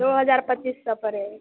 दो हजार पच्चीस सौ परे